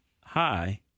high